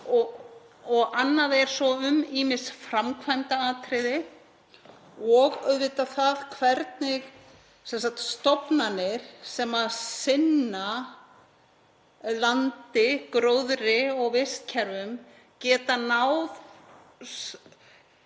og annað er svo um ýmis framkvæmdaatriði og auðvitað það hvernig stofnanir sem sinna landi, gróðri og vistkerfum geta náð